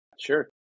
Sure